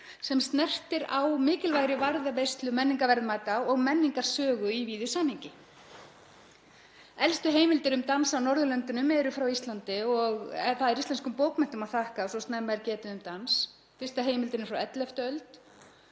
sem snertir á mikilvægri varðveislu menningarverðmæta og menningarsögu í víðu samhengi. Elstu heimildir um dansa á Norðurlöndunum eru frá Íslandi og það er íslenskum bókmenntum að þakka að svo snemma er getið um dans. Fyrsta heimildin er frá 11. öld.